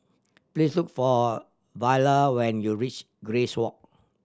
please look for Viola when you reach Grace Walk